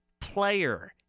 player